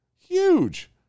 Huge